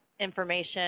information